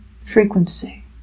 frequency